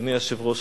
אדוני היושב-ראש,